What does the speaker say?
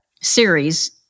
series